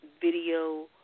video